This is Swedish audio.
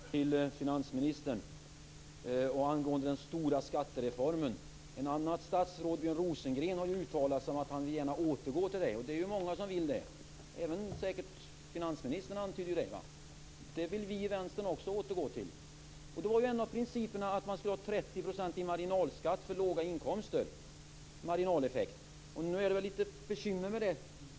Fru talman! Jag har en fråga till finansministern angående den stora skattereformen. Ett annat statsråd, Björn Rosengren, har uttalat att han gärna vill återgå till det, och det är många som vill det. Även finansministern antyder detta. Vi i Vänsterpartiet vill också återgå till det. En av principerna var att man skulle ha 30 % marginaleffekt vid låga inkomster. Nu är det väl litet bekymmer med det.